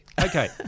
Okay